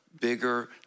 bigger